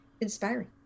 inspiring